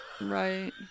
right